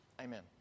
Amen